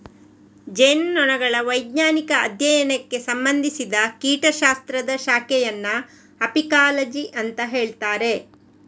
ಜೇನುನೊಣಗಳ ವೈಜ್ಞಾನಿಕ ಅಧ್ಯಯನಕ್ಕೆ ಸಂಬಂಧಿಸಿದ ಕೀಟ ಶಾಸ್ತ್ರದ ಶಾಖೆಯನ್ನ ಅಪಿಕಾಲಜಿ ಅಂತ ಹೇಳ್ತಾರೆ